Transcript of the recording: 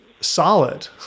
solid